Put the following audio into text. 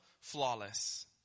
flawless